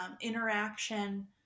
interaction